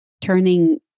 turning